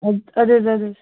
اَدٕ حظ اَدٕ حظ